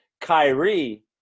Kyrie